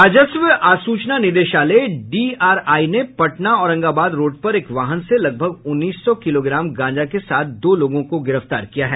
राजस्व आसूचना निदेशालय डीआरआई ने पटना औरंगाबाद रोड पर एक वाहन से लगभग उन्नीस सौ किलोग्राम गांजा के साथ दो लोगों को गिरफ्तार किया है